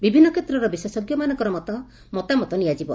ବିଭିନ୍ତ କ୍ଷେତ୍ରର ବିଶେଷ୍କମାନଙ୍କର ମଧ ମତାମତ ନିଆଯିବ